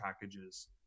packages